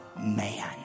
man